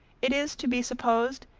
it is to be supposed,